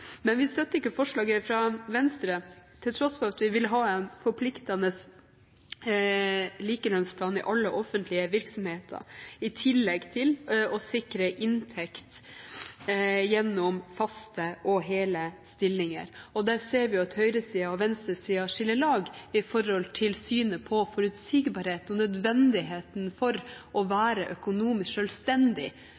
Men vi støtter ikke forslaget fra Venstre, til tross for at vi vil ha en forpliktende likelønnsplan i alle offentlige virksomheter, i tillegg til å sikre inntekt gjennom faste og hele stillinger. Der ser vi at høyresiden og venstresiden skiller lag, i synet på forutsigbarhet og nødvendigheten av å